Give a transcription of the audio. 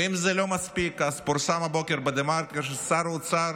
ואם זה לא מספיק, פורסם הבוקר בדה מרקר ששר האוצר